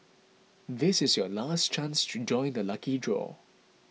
this is your last chance to join the lucky draw